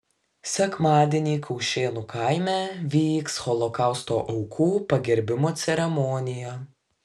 sekmadienį kaušėnų kaime įvyks holokausto aukų pagerbimo ceremonija